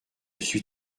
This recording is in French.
suis